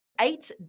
eight